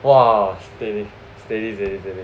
!wah! steady steady steady steady